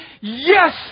Yes